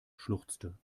schluchzte